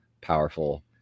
powerful